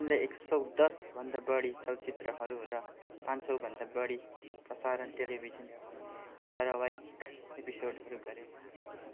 उनले एक सौ दसभन्दा बढी चलचित्रहरू र पाँच सौभन्दा बढी प्रसारण टेलिभिजन धारावाहिक एपिसोडहरू गरे